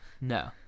No